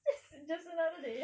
just just another day